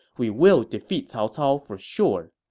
we will defeat cao cao for sure.